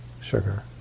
sugar